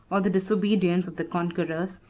or the disobedience, of the conquerors,